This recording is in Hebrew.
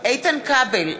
איתן כבל,